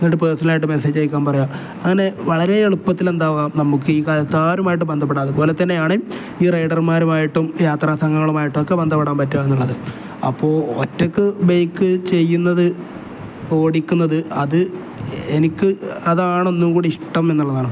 എന്നിട്ട് പേഴ്സണൽ ആയിട്ട് മെസ്സേജ് അയക്കാൻ പറയാം അങ്ങനെ വളരെ എളുപ്പത്തിൽ എന്താവാം നമുക്ക് ഈ കാലത്ത്കാരുമായിട്ട് ബന്ധപ്പെടാം അതുപോലെ തന്നെയാണ് ഈ റൈഡർമാരുമായിട്ടും യാത്രാ സംഘങ്ങളുമായിട്ടും ഒക്കെ ബന്ധപ്പെടാൻ പറ്റുക എന്നുള്ളത് അപ്പോൾ ഒറ്റക്ക് ബേക്ക് ചെയ്യുന്നത് ഓടിക്കുന്നത് അത് എനിക്ക് അതണൊന്നും കൂടി ഇഷ്ടം എന്നുള്ളതാണ്